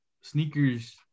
sneakers